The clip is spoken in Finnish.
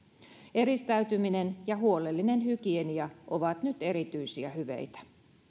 eristäytyminen ja huolellinen hygienia ovat nyt erityisiä hyveitä